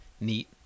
neat